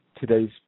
today's